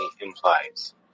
implies